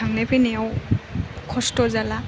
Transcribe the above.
थांनाय फैनायाव खस्थ' जाला